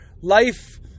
life